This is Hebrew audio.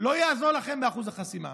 לא תעזור לכם באחוז החסימה.